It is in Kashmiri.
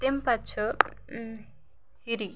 تمہِ پَتہٕ چھُ ہِری